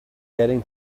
getting